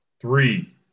Three